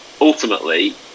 ultimately